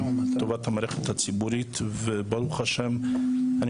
לטובת המערכת הציבורית וברוך השם אני